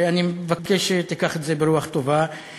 ואני מבקש שתיקח את זה ברוח טובה,